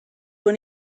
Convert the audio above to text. when